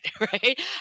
right